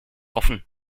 offen